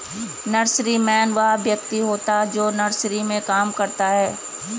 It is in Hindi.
नर्सरीमैन वह व्यक्ति होता है जो नर्सरी में काम करता है